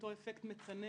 אותו אפקט מצנן,